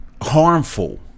harmful